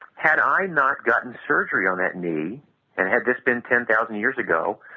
had i not gotten surgery on that knee and had just been ten thousand years ago,